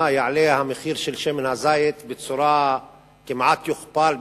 יעלה המחיר של שמן הזית וכמעט יוכפל,